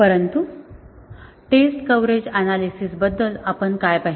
परंतु test coverage analysis बद्दल आपण काय पाहिले